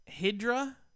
Hydra